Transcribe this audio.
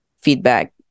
feedback